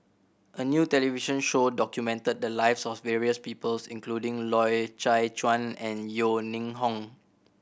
a new television show documented the lives of various people's including Loy Chye Chuan and Yeo Ning Hong